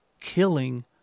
killing